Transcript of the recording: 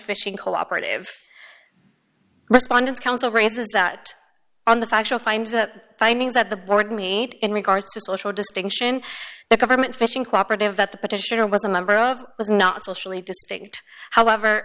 fishing cooperative respondants council raises that on the factual finds that findings that the board meet in regards to social distinction the government fishing cooperative that the petitioner was a member of was not socially distinct however